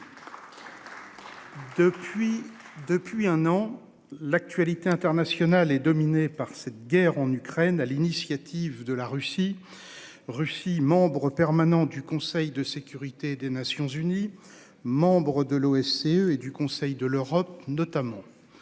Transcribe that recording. depuis un an. L'actualité internationale et dominée par cette guerre en Ukraine, à l'initiative de la Russie. Russie, membre permanent du Conseil de sécurité des Nations-Unies. Membre de l'OSCE et du Conseil de l'Europe notamment.